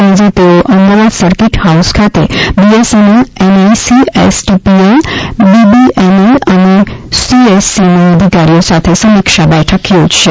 સાંજે તેઓ Ahmedabad circuit house ખાતે બીએસએનએલ એનઆઇસી એસટીપીએલ બીબીએનએલ અને સીએસસીના અધિકારીઓ સાથે સમિક્ષા બેઠક યોજશે